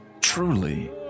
truly